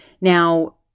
Now